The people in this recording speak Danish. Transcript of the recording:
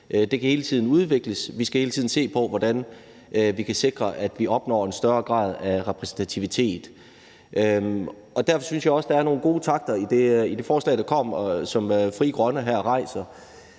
Det kan hele tiden udvikles, og vi skal hele tiden se på, hvordan vi kan sikre, at vi opnår en større grad af repræsentation. Derfor synes jeg også, der er nogle gode takter i det forslag, som Frie Grønne fremsætter